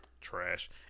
Trash